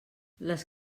les